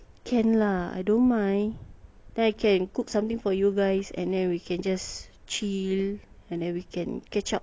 can lah I don't mind then I can cook something for you guys and then we can just chill and then we can catch up